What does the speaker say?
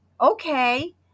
okay